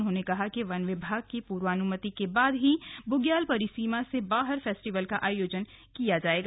उन्होंने कहा कि वन विभाग की पूर्वानुमति के बाद ही बुग्याल परिसीमा से बाहर फेस्टिवल का आयोजन किया जाएगा